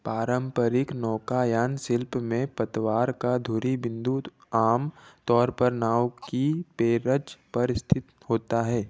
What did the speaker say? पारंपरिक नौकायन शिल्प में पतवार का धुरी बिंदु आम तौर पर नाव की पेरज पर स्थित होता है